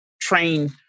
train